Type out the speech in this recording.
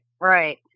right